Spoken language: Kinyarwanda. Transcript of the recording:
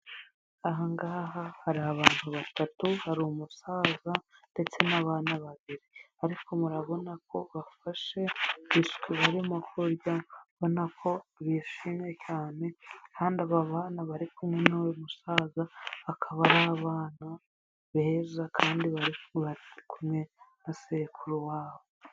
Aha ngaha hari abantu batatu, hari umusaza ndetse n'abana babiri, ariko murabona ko bafashe biswi barimo kurya, ubona ko bishimye cyane kandi aba bana bari kumwe n'uyu musaza, bakaba ari abana beza kandi bari kumwe na sekuru wabo.